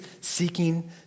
seeking